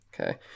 Okay